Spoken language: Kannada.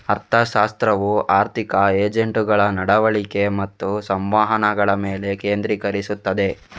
ಅರ್ಥಶಾಸ್ತ್ರವು ಆರ್ಥಿಕ ಏಜೆಂಟುಗಳ ನಡವಳಿಕೆ ಮತ್ತು ಸಂವಹನಗಳ ಮೇಲೆ ಕೇಂದ್ರೀಕರಿಸುತ್ತದೆ